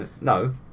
No